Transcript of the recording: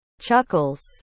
Chuckles